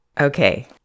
Okay